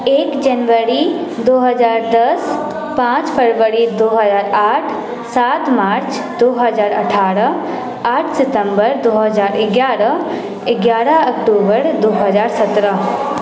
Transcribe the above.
एक जनवरी दो हजार दस पाँच फरवरी दो हजार आठ सात मार्च दो हजार अठारह आठ सितम्बर दो हजार एगारह एगारह अक्टूबर दो हजार सतरह